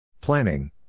Planning